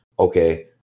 okay